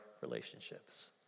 relationships